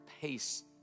pace